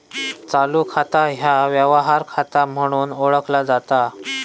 चालू खाता ह्या व्यवहार खाता म्हणून ओळखला जाता